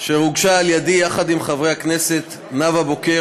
אשר הוגשה על-ידי יחד עם חברי הכנסת נאוה בוקר,